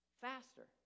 faster